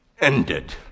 ended